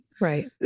Right